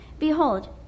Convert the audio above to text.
Behold